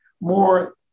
more